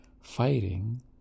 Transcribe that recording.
fighting